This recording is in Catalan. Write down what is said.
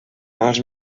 mals